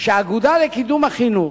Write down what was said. שהאגודה לקידום החינוך,